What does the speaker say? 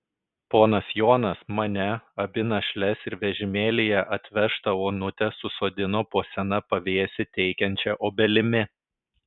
ponas jonas mane abi našles ir vežimėlyje atvežtą onutę susodino po sena pavėsį teikiančia obelimi